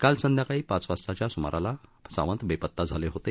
काल संध्याकाळी पाच वाजताच्या सुमाराला सावंत बेपत्ता झाले होते